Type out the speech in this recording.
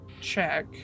check